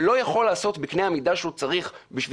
ולא יכול לעשות בקנה המידה שהוא צריך בשביל